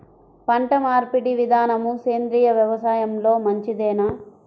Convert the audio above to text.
పంటమార్పిడి విధానము సేంద్రియ వ్యవసాయంలో మంచిదేనా?